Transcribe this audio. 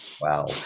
Wow